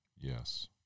Yes